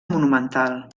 monumental